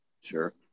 sure